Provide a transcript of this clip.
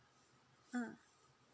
mm